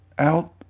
out